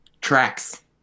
tracks